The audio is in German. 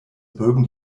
bögen